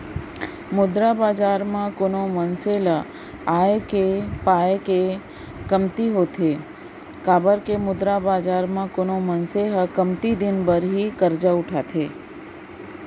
मुद्रा बजार म कोनो मनसे ल आय ऐ पाय के कमती होथे काबर के मुद्रा बजार म कोनो मनसे ह कमती दिन बर ही करजा उठाथे